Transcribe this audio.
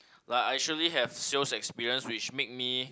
like I actually have sales experience which make me